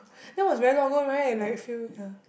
that was very long ago right like few ya